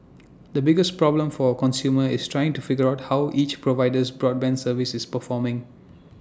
the biggest problem for A consumer is trying to figure out how each provider's broadband service is performing